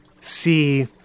see